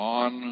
on